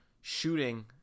shooting